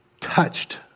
touched